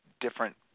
different